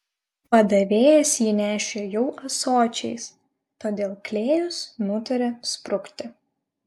padavėjas jį nešė jau ąsočiais todėl klėjus nutarė sprukti